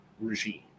regime